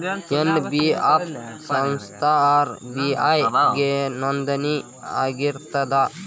NBF ಸಂಸ್ಥಾ RBI ಗೆ ನೋಂದಣಿ ಆಗಿರ್ತದಾ?